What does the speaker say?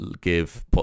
give